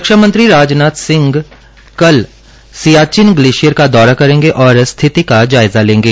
रक्षा मंत्री राजनाथ सिंह कल सियाचिन ग्लेशियर का दौरा करेंगे और स्थिति का जायजा लेंगे